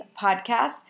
podcast